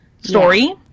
story